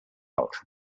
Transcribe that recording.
cultural